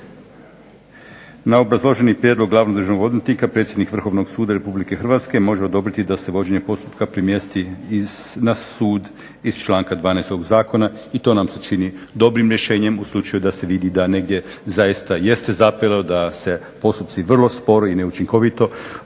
Na obrazloženi prijedlog glavnog državnog odvjetnika predsjednik Vrhovnog suda Republike Hrvatske može odobriti da se vođenje postupka premjesti na sud iz članka 12. ovog zakona i to nam se čini dobrim rješenjem u slučaju da se vidi da negdje zaista jeste zapelo, da se postupci vrlo sporo i neučinkovito vode.